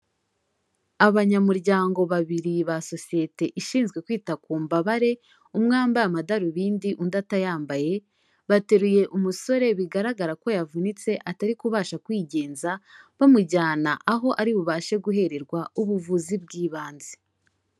Abanyamuryango babiri ba sosiyete ishinzwe kwita ku mbabare, umwe wambaye amadarubindi undi atayambaye, bateruye umusore bigaragara ko yavunitse atari kubasha kwigenza, bamujyana aho ari bubashe guhererwa ubuvuzi bw'ibanze.